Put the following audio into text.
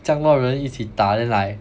这样多人一起打 then like